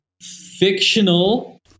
fictional